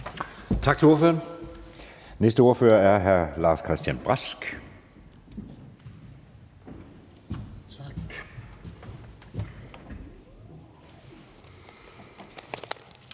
Tak til ordføreren. Næste ordfører er hr. Lars-Christian Brask.